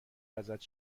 ازت